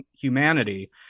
humanity